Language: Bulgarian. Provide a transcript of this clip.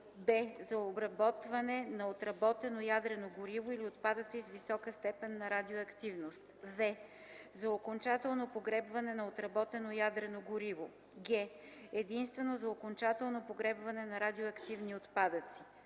б) за обработване на отработено ядрено гориво или отпадъци с висока степен на радиоактивност; в) за окончателно погребване на отработено ядрено гориво; г) единствено за окончателно погребване на радиоактивни отпадъци;